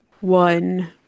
One